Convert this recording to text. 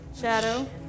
shadow